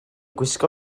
gwisgo